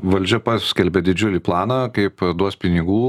valdžia paskelbė didžiulį planą kaip duos pinigų